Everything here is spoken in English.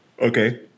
Okay